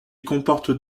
comporte